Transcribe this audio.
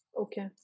Okay